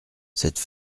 cette